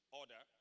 order